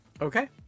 Okay